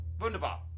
wunderbar